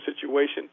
situation